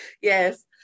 Yes